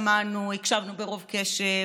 שמענו, הקשבנו ברוב קשב,